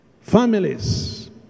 Families